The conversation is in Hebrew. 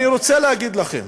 אני רוצה להגיד לכם